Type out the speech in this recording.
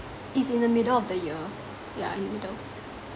it's in the middle of the year yeah in the middle